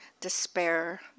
despair